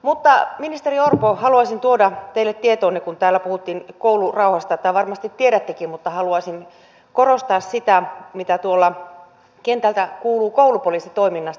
mutta ministeri orpo haluaisin tuoda teille tietoonne kun täällä puhuttiin koulurauhasta tai varmasti tiedättekin mutta haluaisin korostaa sitä mitä kentältä kuuluu koulupoliisitoiminnasta